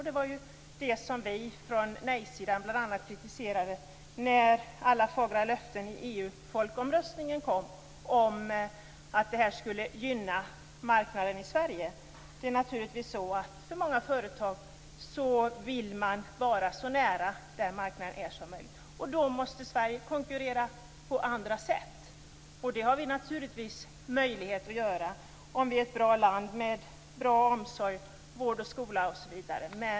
Det var det som vi från nej-sidan kritiserade när alla fagra löften i EU folkomröstningen kom om att ett medlemskap skulle gynna marknaden i Sverige. Många företag vill naturligtvis vara så nära marknaden som möjligt. Då måste Sverige konkurrera på andra sätt. Det har vi möjlighet att göra om vi är ett bra land med bra omsorg, vård och skola osv.